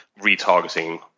retargeting